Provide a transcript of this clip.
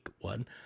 one